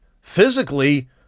physically